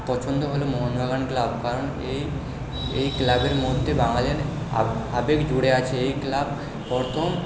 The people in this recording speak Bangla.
পছন্দ হলো মোহনবাগান ক্লাব কারণ এই এই ক্লাবের মধ্যে বাঙালির আবেগ জুড়ে আছে এই ক্লাব প্রথম